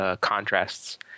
contrasts